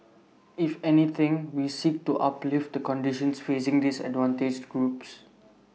if anything we seek to uplift the conditions facing disadvantaged groups